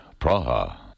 Praha